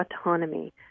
autonomy